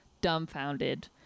dumbfounded